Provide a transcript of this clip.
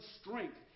strength